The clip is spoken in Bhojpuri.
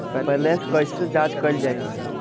बैलेंस कइसे जांच कइल जाइ?